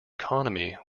economy